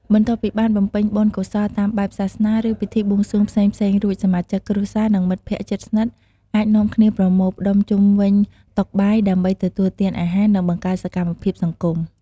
បន្ទាប់ពីបានបំពេញបុណ្យកុសលតាមបែបសាសនា ឬពិធីបួងសួងផ្សេងៗរួច សមាជិកគ្រួសារ និងមិត្តភក្តិជិតស្និទ្ធ អាចនាំគ្នាប្រមូលផ្តុំជុំវិញតុបាយ ដើម្បីទទួលទានអាហារ និងបង្កើតសកម្មភាពសង្គម។